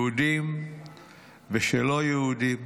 יהודים ושלא יהודים.